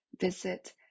Visit